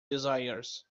desires